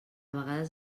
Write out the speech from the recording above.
vegades